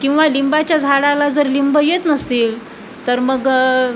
किंवा लिंबाच्या झाडाला जर लिंब येत नसतील तर मग